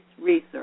research